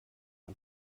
ein